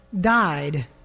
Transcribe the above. died